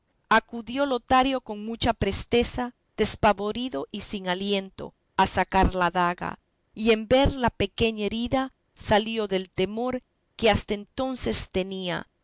acudió lotario con mucha presteza despavorido y sin aliento a sacar la daga y en ver la pequeña herida salió del temor que hasta entonces tenía